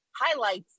highlights